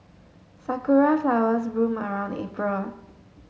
sakura flowers bloom around April